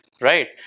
right